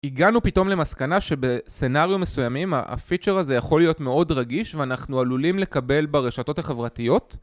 הגענו פתאום למסקנה שבסנאריו מסוימים הפיצ'ר הזה יכול להיות מאוד רגיש ואנחנו עלולים לקבל ברשתות החברתיות